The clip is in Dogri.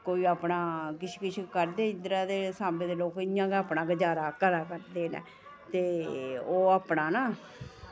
कोई अपना किश किश करदे कोई अपना ते सांबा दे लोग इ'यां गै अपना गुजारा करदे न ते ओह् अपना ना